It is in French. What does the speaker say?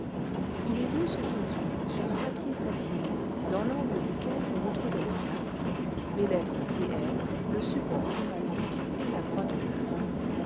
il lut ce qui suit sur un papier satiné dans l'angle duquel on retrouvait le casque les lettres c r le support